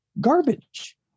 garbage